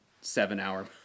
seven-hour